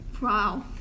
Wow